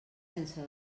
sense